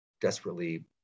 desperately